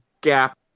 gap